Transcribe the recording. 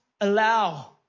allow